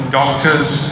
doctors